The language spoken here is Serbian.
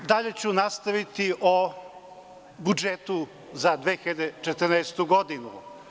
Dalje ću nastaviti o budžetu za 2014. godinu.